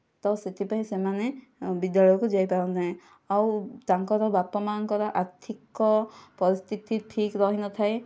ତ ସେଥିପାଇଁ ସେମାନେ ବିଦ୍ୟାଳୟକୁ ଯାଇ ପାରନ୍ତି ନାହିଁ ଆଉ ତାଙ୍କର ବାପା ମାଙ୍କର ଆର୍ଥିକ ପରିସ୍ଥିତି ଠିକ୍ ରହି ନଥାଏ